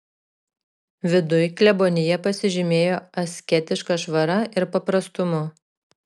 viduj klebonija pasižymėjo asketiška švara ir paprastumu